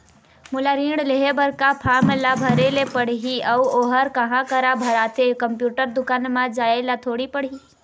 मोला ऋण लेहे बर का फार्म ला भरे ले पड़ही अऊ ओहर कहा करा भराथे, कंप्यूटर दुकान मा जाए ला थोड़ी पड़ही?